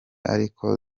ariko